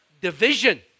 division